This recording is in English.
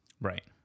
Right